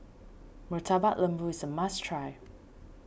Murtabak Lembu is a must try